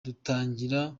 dutangira